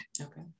Okay